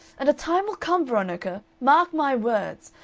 and a time will come, veronica, mark my words,